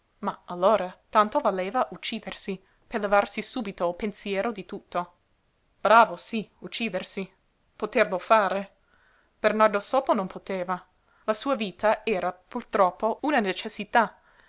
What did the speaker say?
ma allora tanto valeva uccidersi per levarsi subito il pensiero di tutto bravo sí uccidersi poterlo fare bernardo sopo non poteva la sua vita era purtroppo una necessità